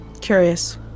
Curious